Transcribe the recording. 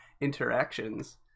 interactions